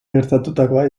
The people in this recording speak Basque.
gertatutakoa